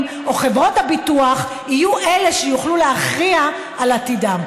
או חברות הביטוח יהיו אלה שיוכלו להכריע על עתידם.